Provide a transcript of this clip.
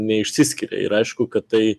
neišsiskiria ir aišku kad tai